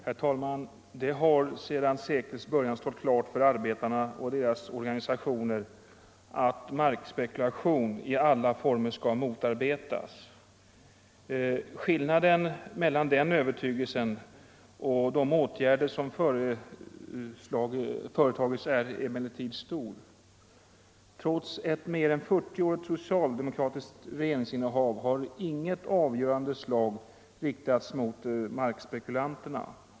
Herr talman! Det har sedan seklets början stått klart för arbetarna och deras organisationer att markspekulation i alla former skall motarbetas. Skillnaden mellan den övertygelsen och de åtgärder som har företagits är emellertid stor. Trots ett mer än 40-årigt socialdemokratiskt regeringsinnehav har inget avgörande slag riktats mot markspekulanterna.